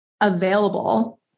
available